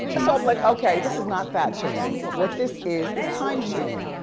and so i'm like, okay, this is not fat shaming. what this is, is time shaming.